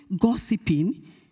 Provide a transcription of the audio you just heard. gossiping